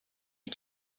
new